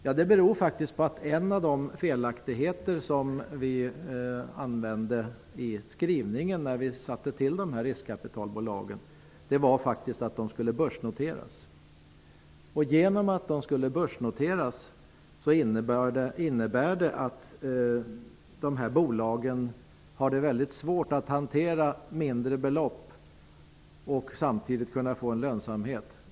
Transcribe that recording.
Ja, det beror på en av felaktigheterna i skrivningen när rikskapitalbolagen tillsattes, i fråga om att de skulle börsnoteras. Genom att de här bolagen skall börsnoteras har de väldigt svårt att hantera mindre belopp och samtidigt få lönsamhet.